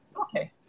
Okay